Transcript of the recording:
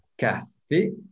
Café